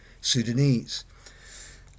Sudanese